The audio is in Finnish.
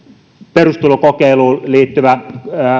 perustulokokeiluun liittyvä